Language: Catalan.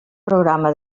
programa